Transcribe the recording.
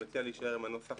אני מציע להישאר עם הנוסח